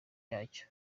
yacyo